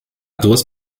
duas